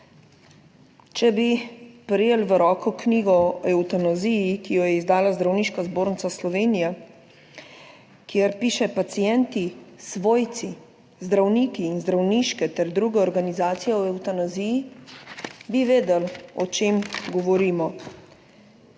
Če bi prejeli v roko knjigo o evtanaziji, ki jo je izdala Zdravniška zbornica Slovenije, kjer pišejo, pacienti, svojci, zdravniki in zdravniške ter druge organizacije o evtanaziji, bi vedeli, o čem govorimo.